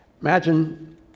imagine